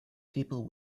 people